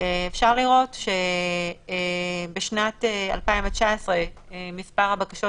אפשר לראות שבשנת 2019 מספר הבקשות